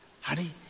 Honey